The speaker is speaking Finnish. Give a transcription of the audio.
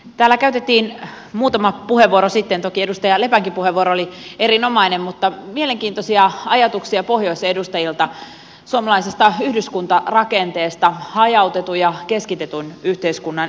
täällä käytettiin muutama puheenvuoro toki edustaja lepänkin puheenvuoro oli erinomainen joissa oli mielenkiintoisia ajatuksia pohjoisen edustajilta suomalaisesta yhdyskuntarakenteesta hajautetun ja keskitetyn yhteiskunnan eroista